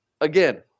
Again